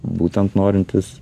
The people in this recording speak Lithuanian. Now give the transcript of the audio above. būtent norintys